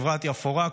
חברת יפאורה,